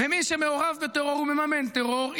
ומי שמעורב בטרור ומממן טרור,